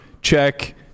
Check